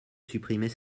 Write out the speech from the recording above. supprimer